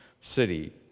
city